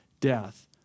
Death